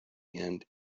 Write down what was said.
and